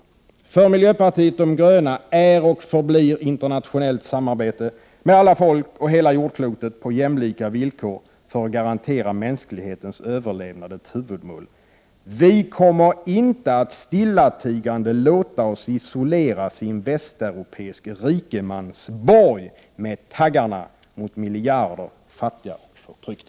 För miljöpartiet de gröna är och förblir internationellt samarbete med alla folk på hela jordklotet på jämlika villkor, för att garantera mänsklighetens överlevnad, ett huvudmål. Vi kommer inte att stillatigande låta oss isoleras i en västeuropeisk rikemansborg med taggarna mot miljarder fattiga och förtryckta.